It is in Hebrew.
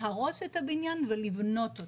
להרוס את הבניין ולבנות אותו.